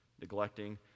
neglecting